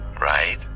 right